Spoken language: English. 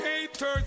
haters